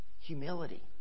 humility